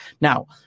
Now